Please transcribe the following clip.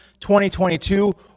2022